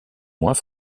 moins